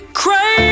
crazy